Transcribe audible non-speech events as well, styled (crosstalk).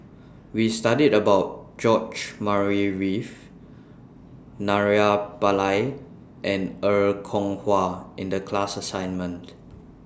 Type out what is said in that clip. (noise) We studied about George Murray Reith Naraina Pillai and Er Kwong Wah in The class assignment